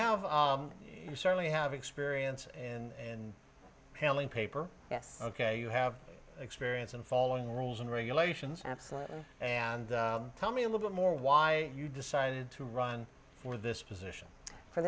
have you certainly have experience and handling paper yes ok you have experience and following rules and regulations absolutely and tell me a little more why you decided to run for this position for